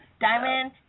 Diamond